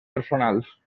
personals